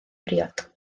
briod